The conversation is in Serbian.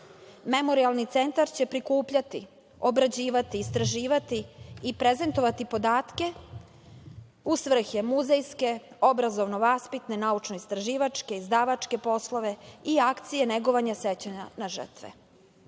Memorijalni centar će prikupljati, obrađivati, istraživati i prezentovati podatke u svrhe muzejske, obrazovno-vaspitne, naučno-istraživačke poslove i akcije negovanja sećanja na žrtve. Da